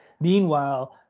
Meanwhile